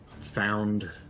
found